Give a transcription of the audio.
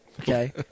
Okay